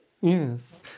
Yes